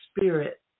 spirit